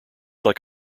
like